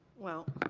well,